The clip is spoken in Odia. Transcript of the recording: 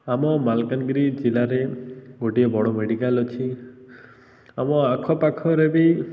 ଆମ ମାଲକାନଗିରି ଜିଲ୍ଲାରେ ଗୋଟିଏ ବଡ଼ ମେଡ଼ିକାଲ୍ ଅଛି ଆମ ଆଖପାଖରେ ବି